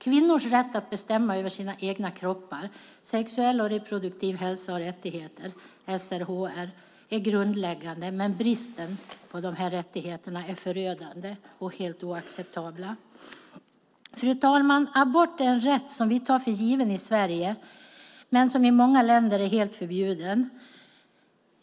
Kvinnors rätt att bestämma över sina egna kroppar, sexuell och reproduktiv hälsa och rättigheter, SRHR, är grundläggande. Bristen på de rättigheterna är förödande och helt oacceptabla. Fru talman! Abort är en rätt som vi tar för given i Sverige men som i många länder är helt förbjuden.